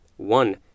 One